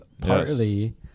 partly